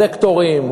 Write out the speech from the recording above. הוא לא ידאג לסקטורים,